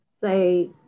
say